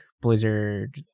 blizzard